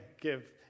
give